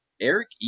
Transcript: Eric